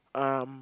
um